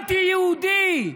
אנטי-יהודי,